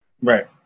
Right